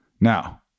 Now